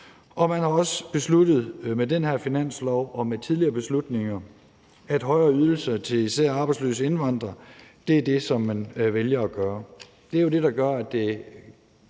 og man har også besluttet med den her finanslov og med tidligere beslutninger, at højere ydelser til især arbejdsløse indvandrere er det, som man vælger at give.